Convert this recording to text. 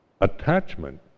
attachment